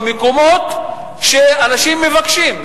במקומות שאנשים מבקשים.